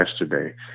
yesterday